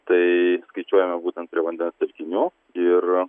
tai skaičiuojame būtent prie vandens telkinių ir